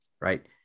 right